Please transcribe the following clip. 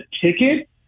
ticket